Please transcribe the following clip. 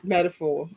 Metaphor